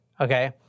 okay